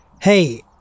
Hey